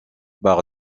par